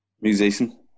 Musician